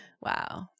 Wow